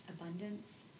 abundance